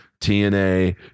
tna